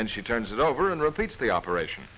and she turns it over and repeats the operation